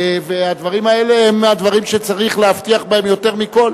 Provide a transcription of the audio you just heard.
הדברים האלה הם הדברים שצריך להבטיח בהם יותר מכול,